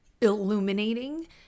illuminating